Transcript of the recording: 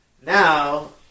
Now